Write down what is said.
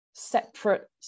separate